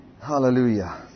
Hallelujah